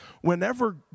whenever